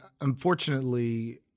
unfortunately